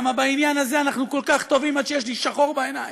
למה בעניין הזה אנחנו כל כך טובים עד שיש לי שחור בעיניים.